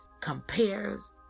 compares